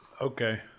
Okay